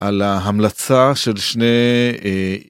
‫על ההמלצה של שני...